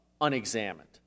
unexamined